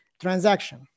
transaction